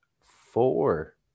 four